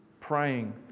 Praying